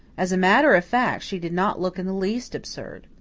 as a matter of fact, she did not look in the least absurd.